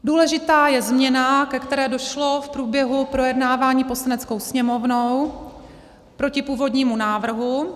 Důležitá je změna, ke které došlo v průběhu projednávání Poslaneckou sněmovnou proti původnímu návrhu.